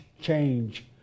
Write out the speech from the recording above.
Change